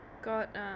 got